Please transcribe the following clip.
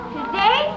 Today